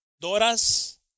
doras